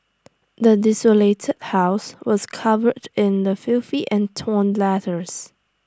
the desolated house was covered in the filthy and torn letters